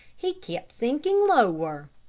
he kept sinking lower.